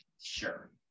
Sure